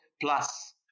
plus